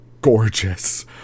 Gorgeous